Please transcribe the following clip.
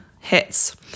hits